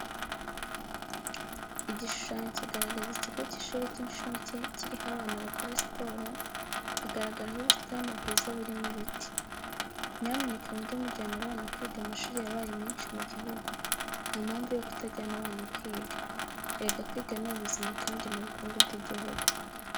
Igishushanyo kigaragaza ikigo cy'ishuri cy'incuke kiriho abana bakora siporo, hagaragaraho ubusitani bwiza burimo ibiti. Nyamuneka mujye mujyana abana kwiga amashuri yabaye menshi mu gihugu ntampamvu yo kutajyana abana kwiga. Erega kwiga ni ubuzima kandi ni n'ubukungu bw'igihugu.